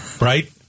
Right